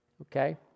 okay